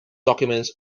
documents